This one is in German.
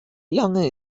lang